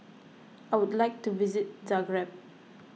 I would like to visit Zagreb